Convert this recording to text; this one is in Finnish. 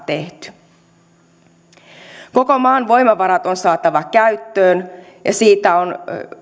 tehty koko maan voimavarat on saatava käyttöön ja siitä on